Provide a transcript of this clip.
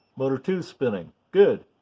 motor two is spinning. good.